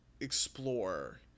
explore